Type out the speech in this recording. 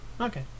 okay